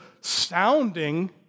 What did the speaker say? sounding